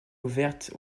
ouverte